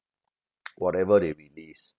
whatever they release